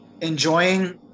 enjoying